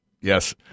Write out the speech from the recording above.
Yes